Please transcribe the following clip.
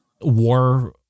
war